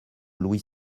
louis